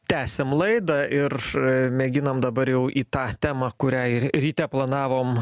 tęsiam laidą ir mėginam dabar jau į tą temą kurią ir ryte planavom